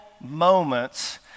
moments